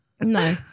No